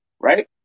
right